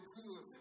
good